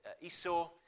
Esau